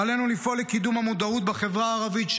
עלינו לפעול לקידום המודעות בחברה הערבית,